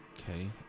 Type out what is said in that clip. Okay